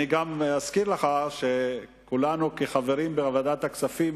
אני גם מזכיר לך שכולנו, חברים בוועדת הכספים,